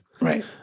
Right